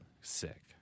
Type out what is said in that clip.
Sick